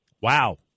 Wow